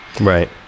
Right